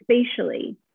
spatially